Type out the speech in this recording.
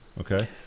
Okay